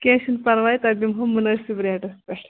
کینٛہہ چھُنہٕ پَرواے تۄہہِ دِمو مُنٲسِب ریٹَس پٮ۪ٹھ